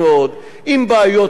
עם בעיות לא פשוטות.